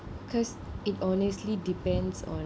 cause it honestly depends on